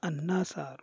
ಅನ್ನ ಸಾರು